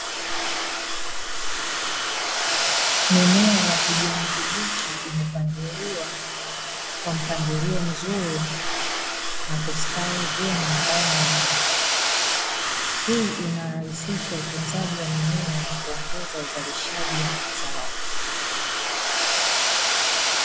Mimea ya kijani kibichi imepangiliwa kwa mpangilio mzuri na kustawi vyema ndani ya banda, hii inarahisisha utunzaji wa mimea na kuongeza uzalishaji wa mazao.